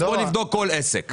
אז בואו נבדוק כל עסק.